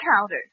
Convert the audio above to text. counter